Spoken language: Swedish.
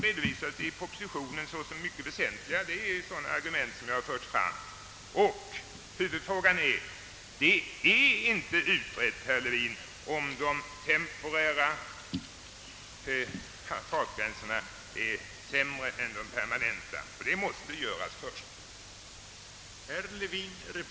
Huvudfrågan för mig är, herr Levin, att det inte är utrett, om de temporära fartbegränsningarna är sämre än de permanenta, och det måste göras först.